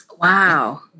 wow